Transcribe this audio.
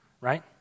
right